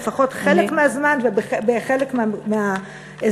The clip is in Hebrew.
לפחות חלק מהזמן ובחלק מהאזור.